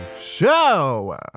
show